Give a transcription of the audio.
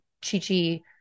Chichi